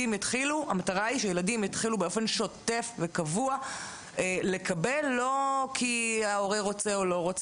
המטרה היא שילדים יתחילו באופן שוטף וקבוע לקבל לא כי ההורה רוצה או לא,